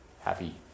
happy